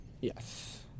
Yes